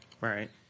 Right